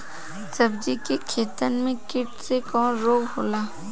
सब्जी के खेतन में कीट से कवन रोग होला?